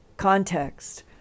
context